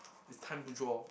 it's time to draw